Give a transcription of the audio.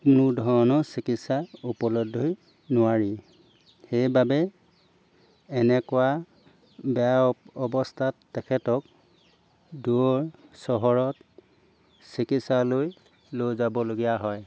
কোনো ধৰণৰ চিকিৎসা উপলব্ধ নোৱাৰি সেইবাবে এনেকুৱা বেয়া অ অৱস্থাত তেখেতক দূৰ চহৰত চিকিৎসালয় লৈ যাবলগীয়া হয়